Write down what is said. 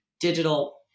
digital